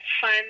fun